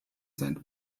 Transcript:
sein